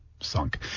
sunk